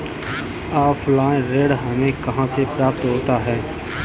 Offline ऋण हमें कहां से प्राप्त होता है?